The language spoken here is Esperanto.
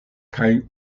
kaj